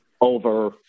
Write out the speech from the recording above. over